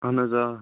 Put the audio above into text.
اہن حظ آ